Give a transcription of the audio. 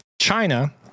China